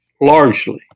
largely